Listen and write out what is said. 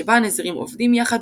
שבה הנזירים עובדים יחד,